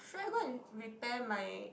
should I go and repair my